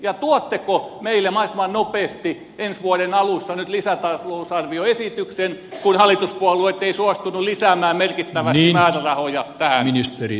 ja tuotteko meille mahdollisimman nopeasti ensi vuoden alussa lisätalousarvioesityksen kun hallituspuolueet eivät suostuneet lisäämään merkittävästi määrärahoja tähän